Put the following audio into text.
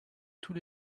tous